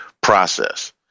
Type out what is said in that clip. process